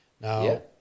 Now